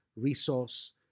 resource